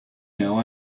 know